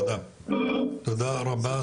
תודה רבה,